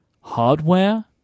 hardware